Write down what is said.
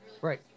Right